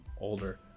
older